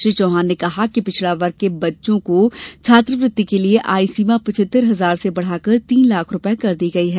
श्री चौहान ने कहा कि पिछड़ावर्ग के बच्चों को छात्रवृत्ति के लिये आय सीमा पचहत्तर हजार से बढ़ाकर तीन लाख कर दी गई है